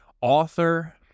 author